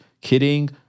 Kidding